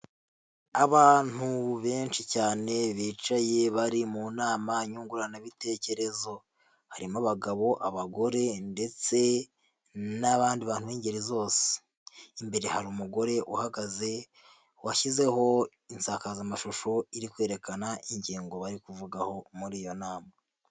Abantu benshi cyane bicaye, bari mu nama nyunguranabitekerezo. Harimo abagabo, abagore, ndetse n'abandi bantu b'ingeri zose. Imbere hari umugore uhagaze, washyizeho insakazamashusho iri kwerekana ingingo bari kuvugaho muri iyo nama.